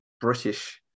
British